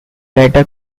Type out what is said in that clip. latter